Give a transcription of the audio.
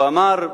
הוא אמר: